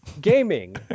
gaming